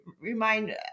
remind